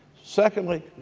secondly,